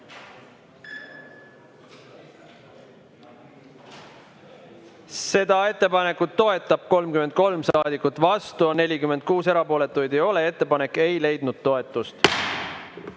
Seda ettepanekut toetab 33 saadikut, vastu on 46, erapooletuid ei ole. Ettepanek ei leidnud